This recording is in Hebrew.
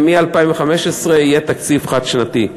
ומ-2015 יהיה תקציב חד-שנתי.